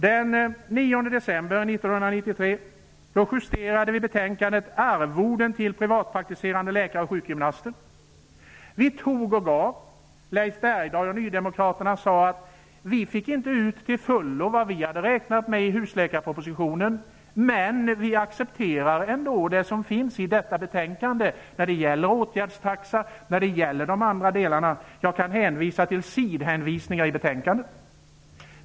Den 9 december 1993 justerade vi betänkandet om arvoden till privatpraktiserande läkare och sjukgymnaster. Vi tog och gav. Leif Bergdahl från Ny demokrati sade: Vi fick inte ut till fullo vad vi hade räknat med i husläkarpropositionen, men vi accepterar ändå det som finns i detta betänkande när det gäller åtgärdstaxa och de andra delarna. Jag kan ge sidhänvisningar i betänkandet.